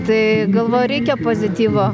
tai galvoju reikia pozityvo